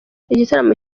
igitaramo